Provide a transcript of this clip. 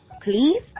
Please